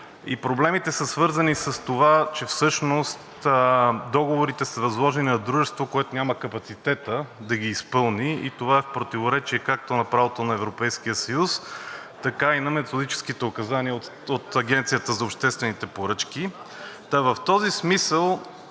проблемите са свързани с това, че всъщност договорите са възложени на дружество, което няма капацитета да ги изпълни и това е в противоречие както на правото на Европейския съюз, така и на методическите указания от Агенцията за обществените поръчки, в този смисъл